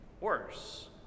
worse